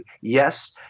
Yes